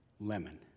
lemon